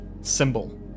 symbol